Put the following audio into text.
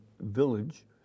village